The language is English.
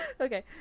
Okay